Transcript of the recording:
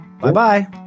Bye-bye